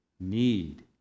Need